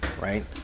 right